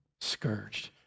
scourged